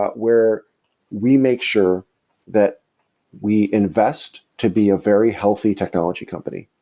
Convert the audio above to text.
but where we make sure that we invest to be a very healthy technology company.